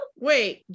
Wait